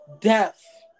Death